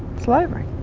slavery.